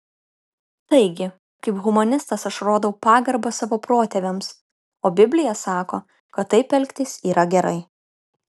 taigi kaip humanistas aš rodau pagarbą savo protėviams o biblija sako kad taip elgtis yra gerai